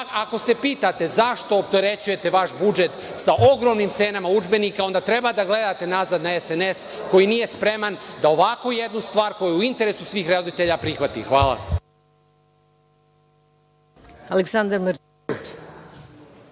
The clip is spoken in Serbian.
ako se pitate zašto opterećujete vaš budžet sa ogromnim cenama udžbenika, onda treba da gledate nazad na SNS, koji nije spreman da ovako jednu stvar, koja je u interesu svih roditelja prihvati. **Maja